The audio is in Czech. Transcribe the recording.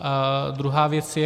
A druhá věc.